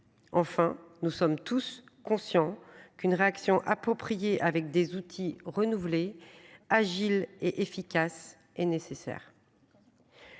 Enfin, nous sommes tous conscients qu'une réaction appropriée avec des outils renouvelés. Agile et efficace et nécessaire.